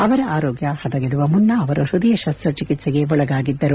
ಅವರ ಆರೋಗ್ಗ ತೀರಾ ಹದಗೆಡುವ ಮುನ್ನ ಅವರು ಪೈದಯ ಶಸ್ತಚಿಕಿತ್ಸೆಗೆ ಒಳಗಾಗಿದ್ದರು